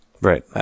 right